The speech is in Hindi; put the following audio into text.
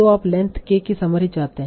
तो आप लेंथ k की समरी चाहते हैं